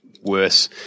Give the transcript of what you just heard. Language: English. worse